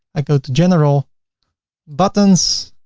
i go to general buttons